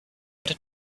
going